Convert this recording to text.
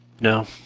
no